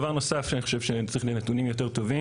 דבר נוסף שאני חושב שצריך בו נתונים יותר טובים,